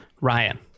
Ryan